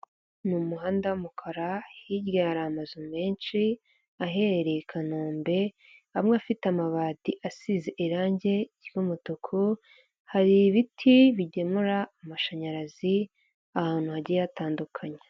Ni umuhanda w'umukara hirya hari amazu menshi aherereye i Kanombe, amwe afite amabati asize irangi ry'umutuku, hari ibiti bigemura amashanyarazi ahantu hagiye hatandukanye.